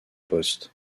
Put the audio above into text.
postes